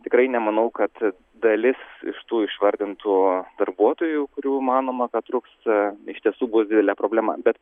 tikrai nemanau kad dalis iš tų išvardintų darbuotojų kurių manoma kad truks iš tiesų bus didelė problema bet